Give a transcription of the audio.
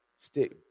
stick